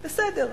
בסדר,